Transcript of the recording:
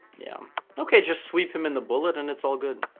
yeah okay just sweep him in the bullet and it's all good